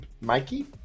Mikey